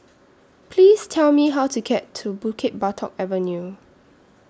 Please Tell Me How to get to Bukit Batok Avenue